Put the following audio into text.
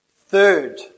Third